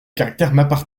caractère